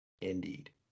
Indeed